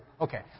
Okay